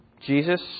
Jesus